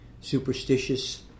superstitious